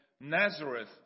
Nazareth